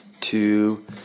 two